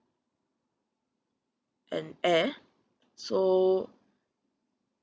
and air so